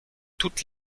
toutes